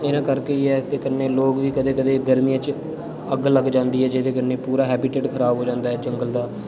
ऐना करके ऐ ते कन्नै लोक बी कदें कदें गर्मियें च अग्ग लग्ग जांदी ऐ जेह्दे कन्नै पूरा हैबिटेट खराब हो जांदा ऐ जंगल दा